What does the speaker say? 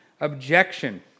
objection